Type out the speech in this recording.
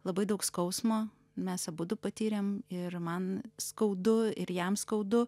labai daug skausmo mes abudu patyrėm ir man skaudu ir jam skaudu